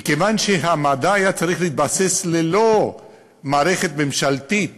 מכיוון שהמדע היה צריך להתבסס ללא מערכת ממשלתית